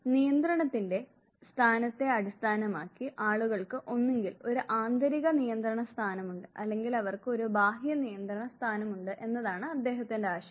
നിയന്ത്രണത്തിന്റെ സ്ഥാനത്തെ അടിസ്ഥാനമാക്കി ആളുകൾക്ക് ഒന്നുകിൽ ഒരു ആന്തരിക നിയന്ത്രണ സ്ഥാനമുണ്ട് അല്ലെങ്കിൽ അവർക്ക് ഒരു ബാഹ്യ നിയന്ത്രണ സ്ഥാനമുണ്ട് എന്നതാണ് അദ്ദേഹത്തിന്റെ ആശയം